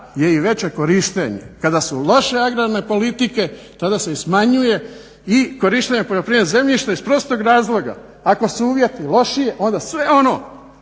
je i veće korištenje, kada su loše agrarne politike tada se i smanjuje i korištenje poljoprivrednog zemljišta iz prostog razloga. Ako su uvjeti lošiji onda sve ono